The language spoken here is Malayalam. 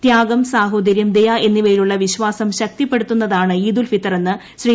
ത്യാഗം സാഹോദര്യം ദ്യ എന്നിവയിലുള്ള വിശ്വാസം ശക്തിപ്പെടുത്തുന്നതാണ് ഈദ് ഉൽ ഫിത്തറെന്ന് ശ്രീ